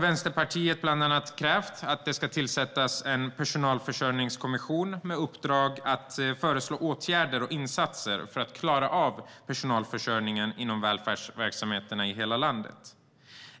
Vänsterpartiet har krävt att det ska tillsättas en personalförsörjningskommission med uppdrag att föreslå åtgärder och insatser för att klara av personalförsörjningen inom välfärdsverksamheterna i hela landet.